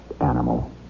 animal